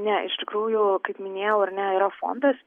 ne iš tikrųjų kaip minėjau ar ne yra fondas